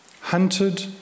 hunted